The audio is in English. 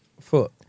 foot